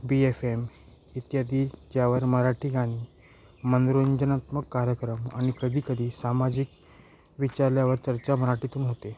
बी F M इत्यादी ज्यावर मराठी गाणी मनोरंजनात्मक कार्यक्रम आणि कधीकधी सामाजिक विचारल्यावर चर्चा मराठीतून होते